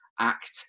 act